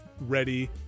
ready